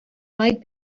might